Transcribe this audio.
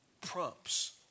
prompts